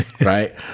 Right